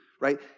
right